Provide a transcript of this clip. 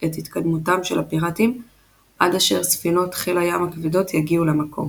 התקדמותם של הפיראטים עד אשר ספינות חיל הים הכבדות יגיעו למקום.